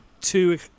two